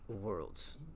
worlds